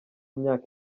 myaka